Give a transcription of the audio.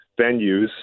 venues